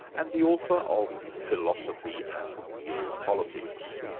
and the author of philosophy and real politics.